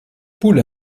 poules